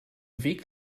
weg